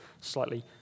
slightly